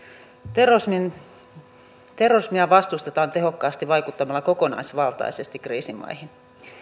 terrorismia vastustetaan tehokkaasti vaikuttamalla kokonaisvaltaisesti kriisimaihin